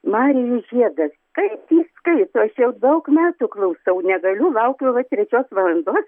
marijus žiedas kaip jis skaito aš jau daug metų klausau negaliu laukiau va trečios valandos